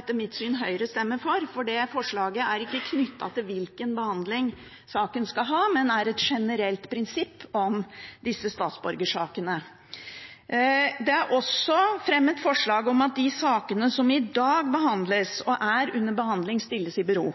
etter mitt syn, også Høyre stemme for, for det forslaget er ikke knyttet til hvilken behandling saken skal ha, men er et generelt prinsipp om disse statsborgersakene. Det er også fremmet forslag om at de sakene som i dag behandles og er under behandling, stilles i bero.